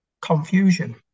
confusion